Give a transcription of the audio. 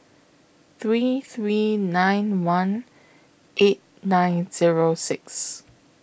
three three nine one eight nine Zero six